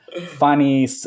funny